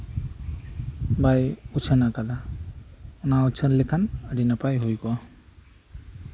ᱵᱟᱭ ᱩᱪᱷᱟᱹᱱ ᱟᱠᱟᱫᱟ ᱱᱚᱶᱟ ᱩᱪᱷᱟᱹᱱ ᱞᱮᱠᱷᱟᱱ ᱟᱹᱰᱤ ᱱᱟᱯᱟᱭ ᱦᱩᱭ ᱠᱚᱜᱼᱟ